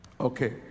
Okay